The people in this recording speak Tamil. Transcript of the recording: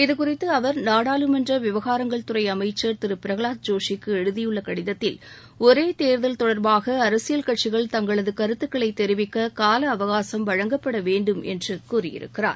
இதுகுறித்து அவர் நாடாளுமன்ற விவகாரங்கள் துறை அமைச்சள் திரு பிரஹலாத் ஜோஷிக்கு எழுதியுள்ள கடிதத்தில் ஒரே தேர்தல் தொடர்பாக அரசியல் கட்சிகள் தங்களது கருத்துக்களை தெரிவிக்க காலஅவகாசம் வழங்கப்பட வேண்டும் என்று கூறியிருக்கிறார்